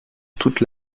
toute